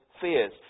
fears